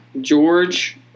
George